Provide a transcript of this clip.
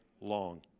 long